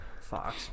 Fox